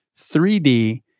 3D